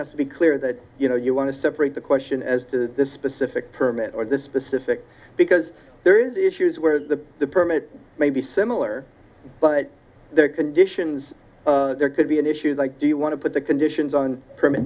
has to be clear that you know you want to separate the question as to the specific permit or this specific because there is issues where the permit may be similar but there are conditions there could be an issues like do you want to put the conditions on permit